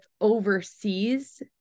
overseas